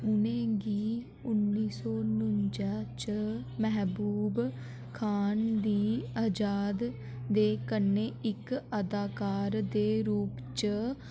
उनें गी उन्नी सौ नुंजा च मैह्बूब खान दी अजाद दे कन्नै इक अदाकार दे रूप च